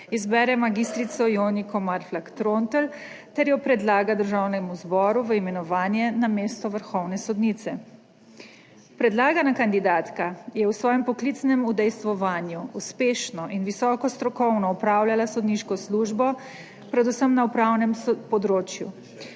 izbere mag. Joniko Marflak Trontelj ter jo predlaga Državnemu zboru v imenovanje na mesto vrhovne sodnice. Predlagana kandidatka je v svojem poklicnem udejstvovanju uspešno in visoko strokovno opravljala sodniško službo predvsem na upravnem področju.